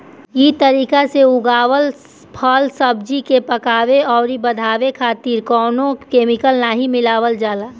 इ तरीका से उगावल फल, सब्जी के पकावे अउरी बढ़ावे खातिर कवनो केमिकल नाइ मिलावल जाला